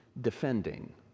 defending